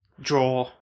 draw